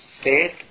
state